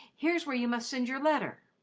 here's where you must send your letter.